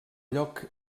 lloc